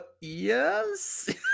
yes